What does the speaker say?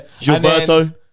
Gilberto